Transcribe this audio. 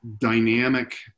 dynamic